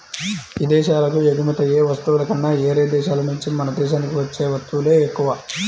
ఇదేశాలకు ఎగుమతయ్యే వస్తువుల కన్నా యేరే దేశాల నుంచే మన దేశానికి వచ్చే వత్తువులే ఎక్కువ